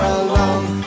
alone